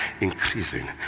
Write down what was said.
increasing